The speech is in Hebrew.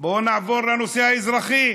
בואו נעבור לנושא האזרחי.